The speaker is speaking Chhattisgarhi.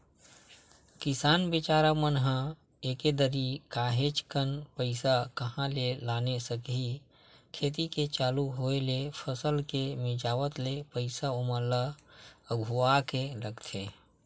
किसान बिचारा मन ह एके दरी काहेच कन पइसा कहाँ ले लाने सकही खेती के चालू होय ले फसल के मिंजावत ले पइसा ओमन ल अघुवाके लगथे